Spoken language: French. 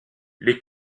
les